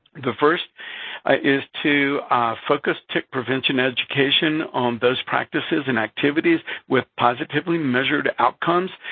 the first is to focus tick prevention education on those practices and activities with positively measured outcomes,